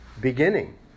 beginning